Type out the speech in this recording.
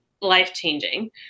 life-changing